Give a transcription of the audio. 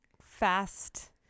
fast